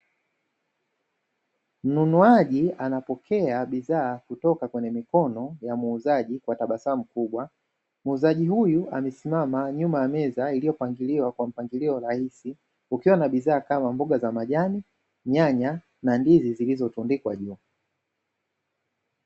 Mnunuaji anapokea bidhaa kutoka kwenye mikono ya muuzaji kwa tabasamu kubwa, muuzaji huyu amesimama nyuma ya meza iliyopangiliwa kwa mpangilio rahisi kukiwa na bidhaa kama: Mboga za majani, Nyanya na ndizi zilizotundikwa juu.